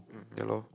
hmm ya lor